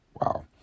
Wow